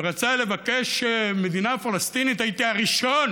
ורצה לבקש מדינה פלסטינית, הייתי הראשון